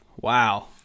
Wow